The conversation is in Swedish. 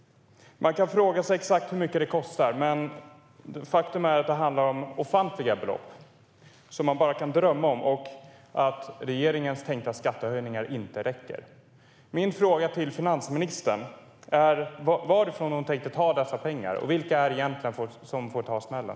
Man kan fråga sig hur mycket det kommer att kosta exakt, och faktum är att det handlar om ofantliga belopp som man bara kan drömma om. Regeringens tänkta skattehöjningar räcker inte. Mina frågor till finansministern är: Varifrån tänker finansministern ta dessa pengar? Vilka är det som får ta smällen?